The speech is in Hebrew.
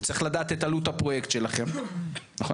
הוא צריך לדעת את עלות הפרויקט שלכם, נכון?